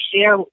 share